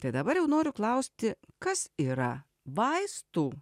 tai dabar jau noriu klausti kas yra vaistų